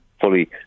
fully